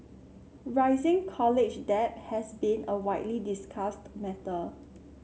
rising college debt has been a widely discussed matter